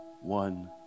one